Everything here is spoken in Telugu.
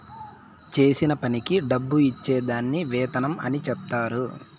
చేసిన పనికి డబ్బు ఇచ్చే దాన్ని వేతనం అని చెప్తారు